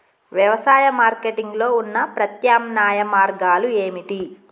వ్యవసాయ మార్కెటింగ్ లో ఉన్న ప్రత్యామ్నాయ మార్గాలు ఏమిటి?